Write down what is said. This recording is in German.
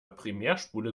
primärspule